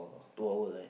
two hour right